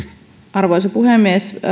arvoisa puhemies